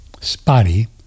spotty